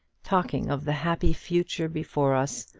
talking of the happy future before us.